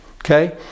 Okay